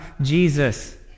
Jesus